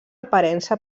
aparença